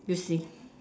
you see